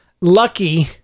lucky